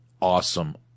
awesome